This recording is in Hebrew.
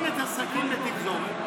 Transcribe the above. קונים את השקים בתפזורת.